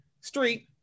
street